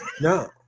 No